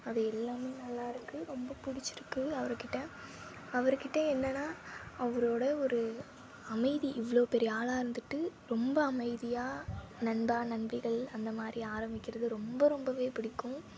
அது எல்லாம் நல்லாருக்கு ரொம்ப பிடிச்சிருக்கு அவருக்கிட்ட அவருக்கிட்ட என்னென்னா அவரோடய ஒரு அமைதி இவ்வளோ பெரிய ஆளாக இருந்துகிட்டு ரொம்ப அமைதியாக நண்பா நண்பிகள் அந்த மாதிரி ஆரம்பிக்கிறது ரொம்ப ரொம்பவே பிடிக்கும்